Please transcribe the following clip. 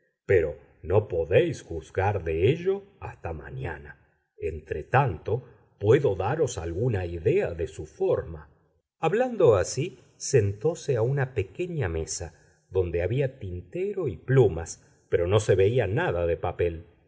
pero no podéis juzgar de ello hasta mañana entretanto puedo daros alguna idea de su forma hablando así sentóse a una pequeña mesa donde había tintero y plumas pero no se veía nada de papel